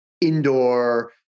indoor